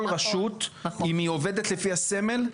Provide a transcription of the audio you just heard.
כל רשות אם היא עובדת לפי הסמל,